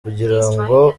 kugirango